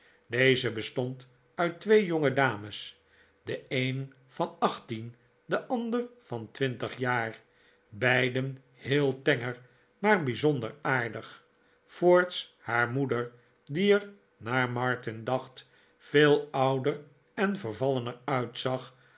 deze bestond uit twee jongedames de een van achttien de ander van twintig jaar beiden heel tenger maar bijzonder aardig voorts haar moeder die er naar martin dacht veel ouder en vervallener uitzag